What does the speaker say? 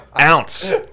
ounce